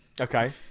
Okay